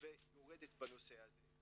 ויורדת בנושא הזה.